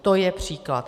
To je příklad.